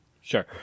Sure